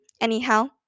anyhow